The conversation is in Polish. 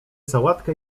sałatkę